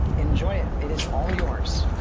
enjoy it. it is all yours.